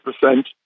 percent